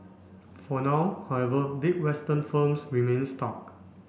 for now however big Western firms remain stuck